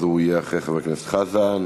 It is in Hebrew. הוא יהיה אחרי חבר הכנסת חזן,